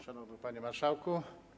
Szanowny Panie Marszałku!